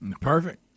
Perfect